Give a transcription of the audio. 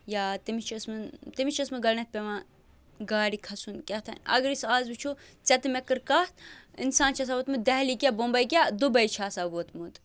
یا تٔمِس چھِ ٲسمٕژ تٔمِس چھِ ٲسمٕژ گۄڈٕنٮ۪تھ پٮ۪وان گاڑِ کھسُن کیٛاہتانۍ اَگرے سُہ اَز وُچھو ژےٚ تہٕ مےٚ کٔر کَتھ اِنسان چھُ آسان ووٚتمُت دہلی کیٛاہ بمبئی کیٛاہ دُبے چھُ آسان ووتمُت